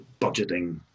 budgeting